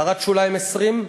הערת שוליים 20,